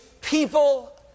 people